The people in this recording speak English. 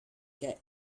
get